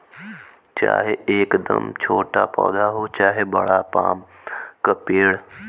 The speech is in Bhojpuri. चाहे एकदम छोटा पौधा हो चाहे बड़ा पाम क पेड़